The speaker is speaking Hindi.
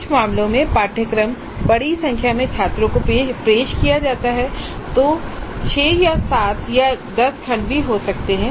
कुछ मामलों में पाठ्यक्रम बड़ी संख्या में छात्रों को पेश किया जाता है जो 6 या 7 या 10 खंड भी हो सकते हैं